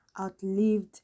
outlived